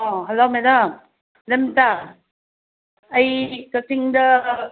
hello madam madam Rita ꯑꯩ ꯀꯛꯆꯤꯡꯗ